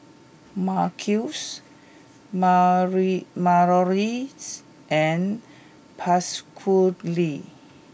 Marquis Mary Malorie and Pasquale